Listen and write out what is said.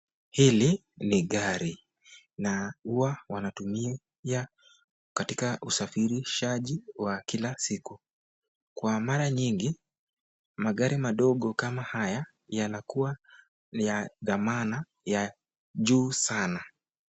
Hili ni gari na huwa wanatumia katika usafirishaji wa kila siku , kwa mara nyingi magari madogo kama haya yanakuwa ni ya dhamana ya juu sana.